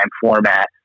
format